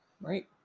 Right